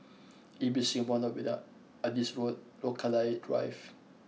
Ibis Singapore Novena Adis Road Rochalie Drive